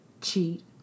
cheat